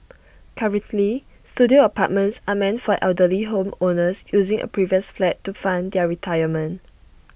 currently Studio apartments are meant for elderly home owners using A previous flat to fund their retirement